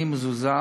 אני מזועזע